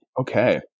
Okay